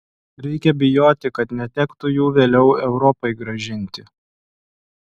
reikia bijoti kad netektų jų vėliau europai grąžinti